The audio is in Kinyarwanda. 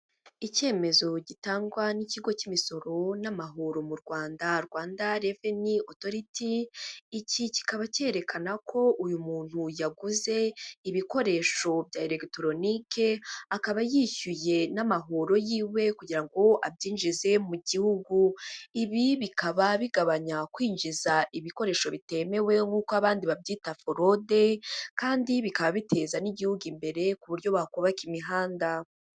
Icyemezo gitangwa n'ikigo cy'imisoro n'amahoro mu Rwanda, Rwanda Revenue Autority, iki kikaba cyerekana ko uyu muntu yaguze ibikoresho bya elegitoronike, akaba yishyuye n'amahoro yiwe kugira ngo abyinjize mu gihugu. Ibi bikaba bigabanya kwinjiza ibikoresho bitemewe nk'uko abandi babyita forode, kandi bikaba biteza n'Igihugu imbere ku buryo bakubaka imihanda.